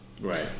right